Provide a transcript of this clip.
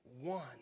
one